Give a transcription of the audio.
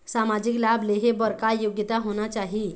सामाजिक लाभ लेहे बर का योग्यता होना चाही?